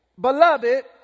Beloved